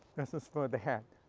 this is for the head.